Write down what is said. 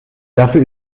dafür